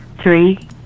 three